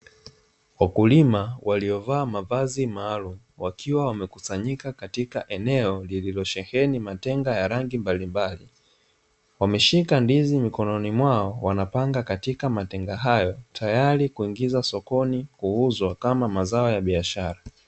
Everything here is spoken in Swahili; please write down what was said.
Wakulima waliovaa mavazi maalumu wakiwa wamekusanyika katika eneo liliozheheni matenga ya rangi mbalimbali, wameshika ndizi mikono mwao wanakipanga katika matenga hayo tayari kuingizwa sokoni kuuzwa kama mazao ya biashara.